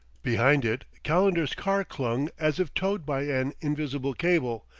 behind it calendar's car clung as if towed by an invisible cable,